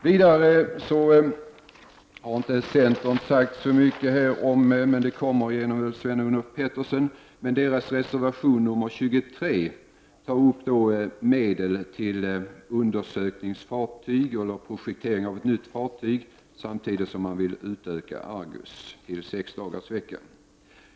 Vidare har inte centerns företrädare sagt så mycket — men det kommer Sven-Olof Petersson att göra — om centerns reservation nr 23, där man tar upp frågan om medel till projektering av ett nytt undersökningsfartyg, samtidigt som man vill utöka drifttiden för Argos till sexdagarsvecka.